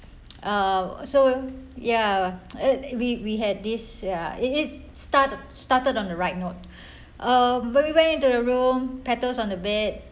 uh so ya uh we we had this ya it is start started on the right note uh when we went into the room petals on the bed